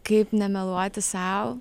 kaip nemeluoti sau